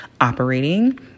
operating